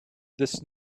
this